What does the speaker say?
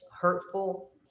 hurtful